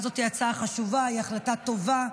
הצעה זו היא הצעה חשובה, היא החלטה טובה.